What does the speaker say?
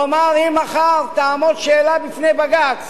כלומר, אם מחר תעמוד שאלה בפני בג"ץ,